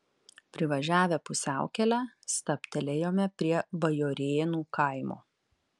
privažiavę pusiaukelę stabtelėjome prie bajorėnų kaimo